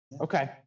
Okay